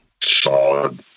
Solid